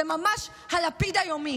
זה ממש הלפיד היומי.